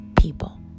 people